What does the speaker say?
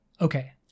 Okay